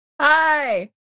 Hi